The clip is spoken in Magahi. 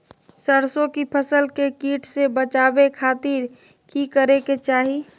सरसों की फसल के कीट से बचावे खातिर की करे के चाही?